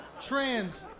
Trans